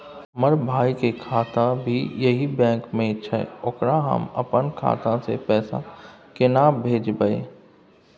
हमर भाई के खाता भी यही बैंक में छै ओकरा हम अपन खाता से पैसा केना भेजबै?